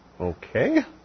Okay